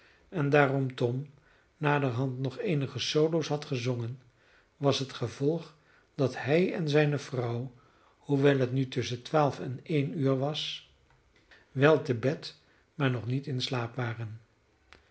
en daar oom tom naderhand nog eenige solo's had gezongen was het gevolg dat hij en zijne vrouw hoewel het nu tusschen twaalf en één uur was wel te bed maar nog niet in slaap waren